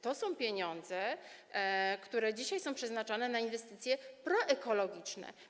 To są pieniądze, które dzisiaj są przeznaczane na inwestycje proekologiczne.